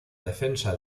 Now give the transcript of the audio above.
defensa